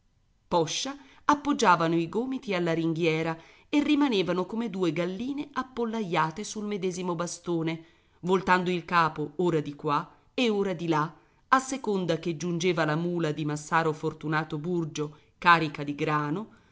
sopracciglia poscia appoggiavano i gomiti alla ringhiera e rimanevano come due galline appollaiate sul medesimo bastone voltando il capo ora di qua e ora di là a seconda che giungeva la mula di massaro fortunato burgio carica di grano